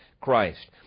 Christ